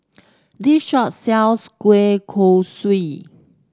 this shop sells Kueh Kosui